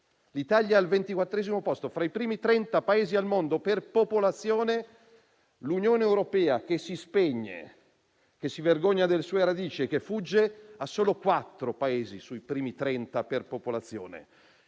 L'Italia è al ventiquattresimo posto. Fra i primi trenta Paesi al mondo per popolazione, l'Unione europea, che si spegne, che si vergogna delle sue radici e fugge, ha solo quattro Paesi sui primi trenta per popolazione.